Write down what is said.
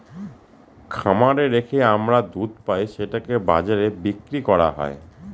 খামারে রেখে আমরা দুধ পাই সেটাকে বাজারে বিক্রি করা হয়